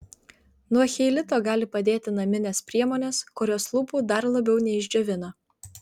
nuo cheilito gali padėti naminės priemonės kurios lūpų dar labiau neišdžiovina